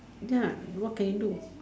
ya what can you do